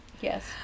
yes